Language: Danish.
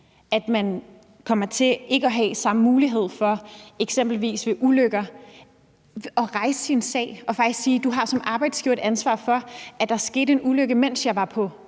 ikke kommer til at have samme mulighed for at rejse sin sag og faktisk sige: Du har som arbejdsgiver et ansvar for, at der er sket en ulykke, mens jeg var på